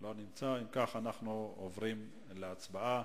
אם כך, אנחנו עוברים להצבעה.